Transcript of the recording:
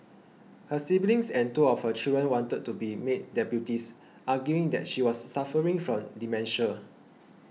her siblings and two of her children wanted to be made deputies arguing that she was suffering from dementia